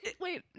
wait